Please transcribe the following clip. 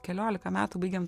keliolika metų baigėm